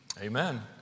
Amen